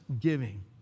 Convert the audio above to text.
giving